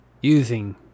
using